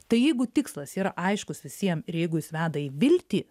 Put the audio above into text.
tai jeigu tikslas yra aiškus visiem ir jeigu jis veda į viltį